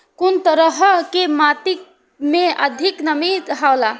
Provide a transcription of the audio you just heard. कुन तरह के माटी में अधिक नमी हौला?